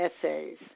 essays